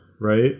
right